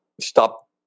stop